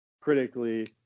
critically